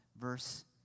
verse